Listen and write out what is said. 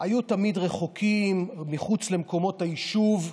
היו תמיד רחוקים, מחוץ למקומות היישוב,